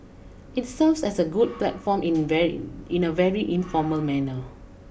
it serves as a good platform in very in a very informal manner